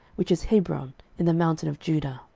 which is hebron, in the mountain of judah.